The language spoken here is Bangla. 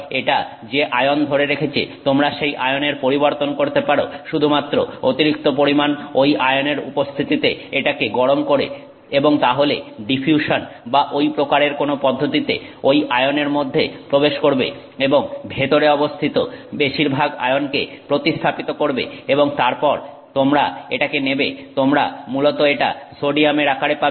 এটা যে আয়ন ধরে রেখেছে তোমরা সেই আয়নের পরিবর্তন করতে পারো শুধুমাত্র অতিরিক্ত পরিমাণ ঐ আয়নের উপস্থিতিতে এটাকে গরম করে এবং তাহলে ডিফিউশন বা ঐ প্রকারের কোন পদ্ধতিতে ঐ আয়ন এর মধ্যে প্রবেশ করবে এবং ভেতরে অবস্থিত বেশিরভাগ আয়নকে প্রতিস্থাপিত করবে এবং তারপর তোমরা এটাকে নেবে তোমরা মূলত এটা সোডিয়ামের আকারে পাবে